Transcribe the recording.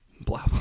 blah